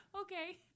okay